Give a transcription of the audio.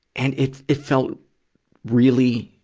and it, it felt really,